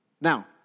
Now